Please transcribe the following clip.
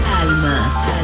Alma